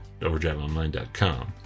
overdriveonline.com